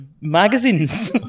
magazines